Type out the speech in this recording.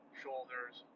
shoulders